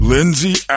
Lindsey